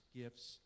gifts